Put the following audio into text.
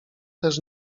też